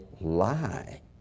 lie